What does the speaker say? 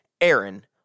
Aaron